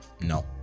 No